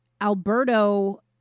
Alberto